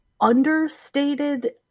understated